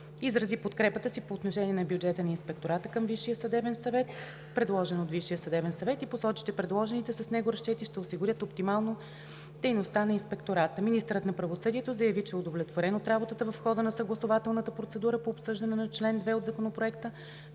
изрази подкрепата си по отношение на бюджета на Инспектората към Висшия съдебен съвет, предложен от Висшия съдебен съвет, и посочи че предложените с него разчети ще осигурят оптимално дейността на Инспектората. Министърът на правосъдието заяви, че е удовлетворен от работата в хода на съгласувателната процедура по обсъждане на чл. 2 от Законопроекта.